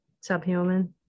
subhuman